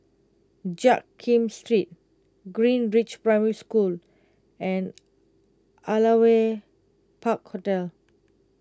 Jiak Kim Street Greenridge Primary School and Aliwal Park Hotel